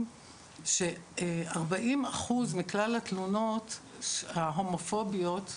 שארבעים אחוז מכלל התלונות ההומופוביות,